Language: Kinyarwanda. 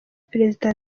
perezida